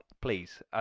please